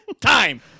Time